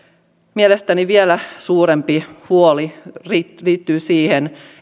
mielestäni vielä suurempi huoli liittyy liittyy siihen